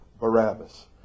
Barabbas